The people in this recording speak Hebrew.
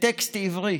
וטקסט עברי.